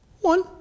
One